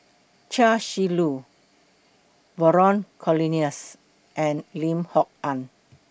Chia Shi Lu Vernon Cornelius and Lim Kok Ann